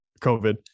COVID